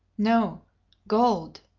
no gold!